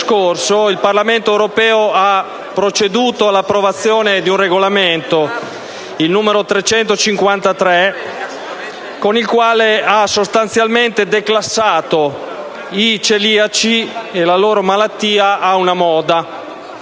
il Parlamento europeo ha proceduto all'approvazione del regolamento n. 353, con il quale ha sostanzialmente declassato i celiaci e la loro malattia a una moda.